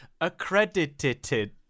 accredited